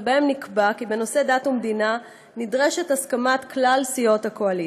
ובהם נקבע כי בנושאי דת ומדינה נדרשת הסכמת כלל סיעות הקואליציה.